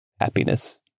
happiness